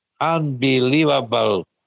unbelievable